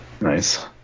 Nice